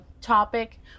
topic